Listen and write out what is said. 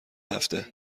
هفته